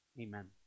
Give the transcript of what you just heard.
Amen